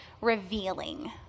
revealing